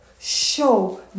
show